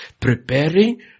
preparing